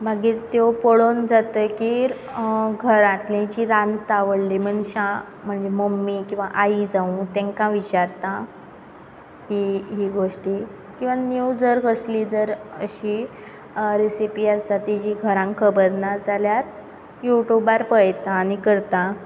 मागीर त्यो पळोवन जातकीर घरांतली जी रांदता व्हडली मनशां म्हणजे मम्मी किंवा आई जावं तांकां विचारतां की ही गोश्टी किंवां नीव जर कसली जर अशी रेसीपी आसा जी घरान खबर ना जाल्यार यूट्यूबार पळयता आनी करता